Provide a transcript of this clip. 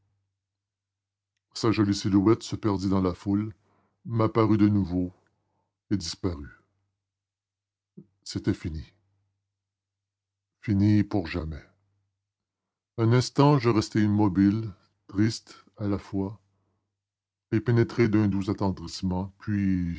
sa jolie silhouette se perdit dans la foule m'apparut de nouveau et disparut c'était fini fini pour jamais un instant je restai immobile triste à la fois et pénétré d'un doux attendrissement puis